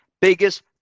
biggest